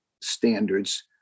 standards